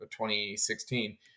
2016